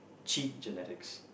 cheat genetics